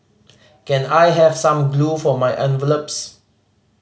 can I have some glue for my envelopes